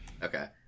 Okay